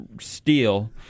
steel